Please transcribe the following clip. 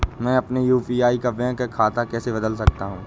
मैं अपने यू.पी.आई का बैंक खाता कैसे बदल सकता हूँ?